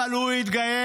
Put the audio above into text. אבל הוא התגייס,